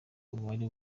uwari